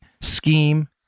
scheme